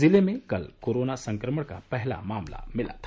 जिले में कल कोरोना संक्रमण का पहला मामला मिला था